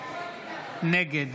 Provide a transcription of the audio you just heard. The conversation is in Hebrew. נגד